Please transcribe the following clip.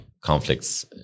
conflicts